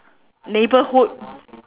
neighbourhood